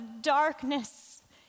darkness